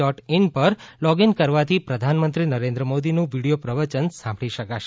dot in ઉપર login કરવાથી પ્રધાનમંત્રી નરેન્દ્ર મોદીનું વિડીયો પ્રવયન સાંભળી શકાશે